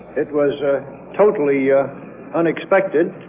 it was ah totally yeah unexpected